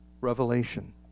revelation